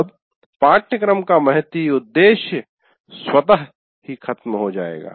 तब पाठ्यक्रम का महती उद्देश्य स्वतः ही खो जायेगा